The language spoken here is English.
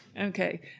Okay